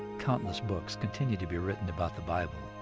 countless books continue to be written about the bible,